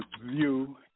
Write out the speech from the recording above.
view